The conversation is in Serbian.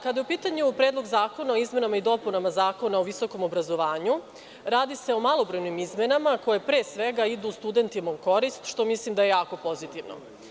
Kada je u pitanju Predlog zakona o izmenama i dopunama Zakona o visokom obrazovanju, radi se o malobrojnim izmenama, koje pre svega idu studentima u korist, što mislim da je jako pozitivno.